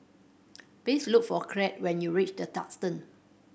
please look for Kraig when you reach The Duxton